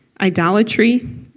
idolatry